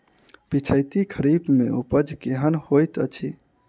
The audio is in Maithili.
पिछैती खरीफ मे उपज केहन होइत अछि?